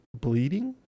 bleeding